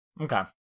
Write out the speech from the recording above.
Okay